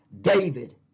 David